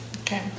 Okay